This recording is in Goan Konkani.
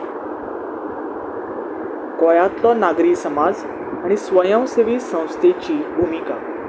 गोंयांतलो नागरी समाज आनी स्वयंसेवी संस्थेची भुमिका